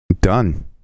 done